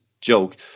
joke